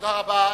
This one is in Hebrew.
תודה רבה.